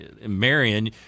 Marion